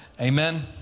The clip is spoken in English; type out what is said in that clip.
Amen